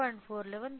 4 11